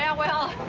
yeah well,